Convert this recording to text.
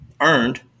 earned